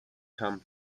come